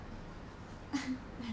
but actually I can